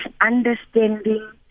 understanding